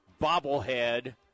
bobblehead